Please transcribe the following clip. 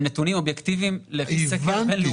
הם נתונים אובייקטיביים לפי סקר בינלאומי.